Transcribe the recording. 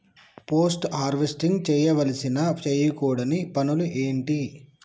Post harvesting చేయవలసిన చేయకూడని పనులు ఏంటి?